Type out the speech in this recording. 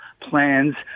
plans